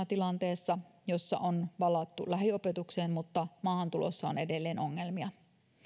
tilanteessa jossa on palattu lähiopetukseen mutta maahantulossa on edelleen ongelmia